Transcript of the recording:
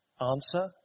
Answer